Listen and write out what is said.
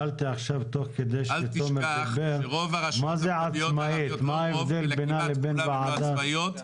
אל תשכח שרוב הוועדות ה- -- כמעט כולן לא עצמאיות,